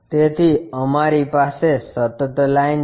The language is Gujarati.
તેથી અમારી પાસે સતત લાઇન છે